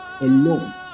alone